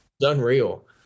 Unreal